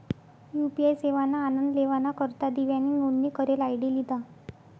UPI सेवाना आनन लेवाना करता दिव्यानी नोंदनी करेल आय.डी लिधा